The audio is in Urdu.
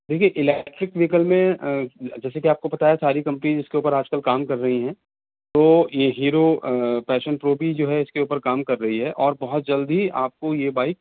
دیکھیے الیکٹرک وہیکل میں جیسے کہ آپ کو بتایا تھا ساری کمپنیز اس کے اوپر آج کل کام کر رہی ہیں تو یہ ہیرو پیشن پرو بھی جو ہے اس کے اوپر کام کر رہی ہے اور بہت جلد ہی آپ کو یہ بائک